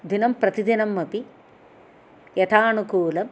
दिनं प्रतिदिनम् अपि यथानुकूल